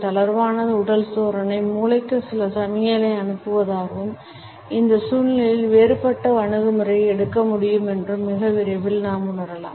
தளர்வான உடல் தோரணை மூளைக்கு சில சமிக்ஞைகளை அனுப்புவதாகவும் இந்த சூழ்நிலையில் வேறுபட்ட அணுகுமுறையை எடுக்க முடியும் என்றும் மிக விரைவில் நாம் உணரலாம்